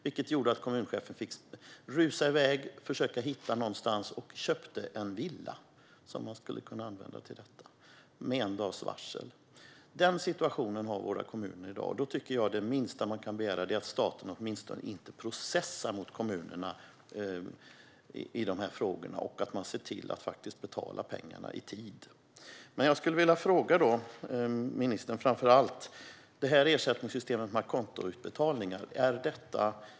Det gjorde att kommunchefen fick rusa i väg för att försöka hitta någonting, och man köpte en villa som man skulle kunna använda till detta. Det skedde med en dags varsel. Den situationen har våra kommuner i dag. Det minsta man kan begära är att staten åtminstone inte processar mot kommunerna i de här frågorna och ser till att betala pengarna i tid. Jag vill fråga ministern framför allt om ersättningssystemet med a conto-utbetalningar.